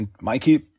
Mikey